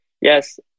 yes